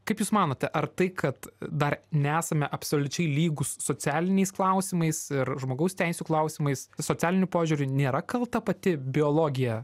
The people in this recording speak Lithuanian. kaip jūs manote ar tai kad dar nesame absoliučiai lygūs socialiniais klausimais ir žmogaus teisių klausimais socialiniu požiūriu nėra kalta pati biologija